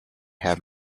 have